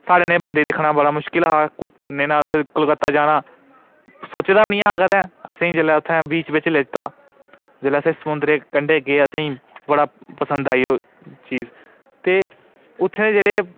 साढ़े नेह् बंदे नै दिक्खना बड़ा मुश्कल ऐ उत्थै कलकत्ता जाना सोचेदा गै नेई हा कदें असेंगी जिसलै बीच पर लेता जिसलै अस समुंद्रै दे कंढे पर लेता बड़ा पसंद आई ओह् चीज ते उत्थै जेह्ड़े